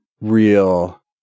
real